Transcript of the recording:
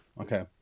okay